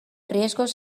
riesgos